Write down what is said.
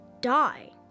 die